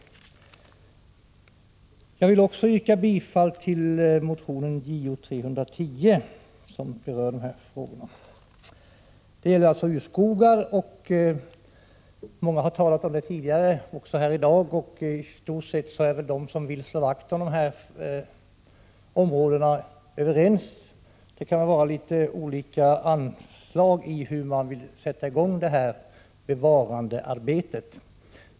Jag vill också yrka bifall till motion Jo310 som berör dessa frågor. Det gäller alltså urskogar, och många har talat om det tidigare i dag. I stort sett är de som vill slå vakt om dessa områden överens. Det kan finnas litet olika anslag om hur man vill sätta i gång bevarandearbetet.